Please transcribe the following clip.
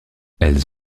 elles